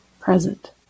present